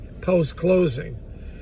post-closing